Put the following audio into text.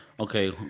Okay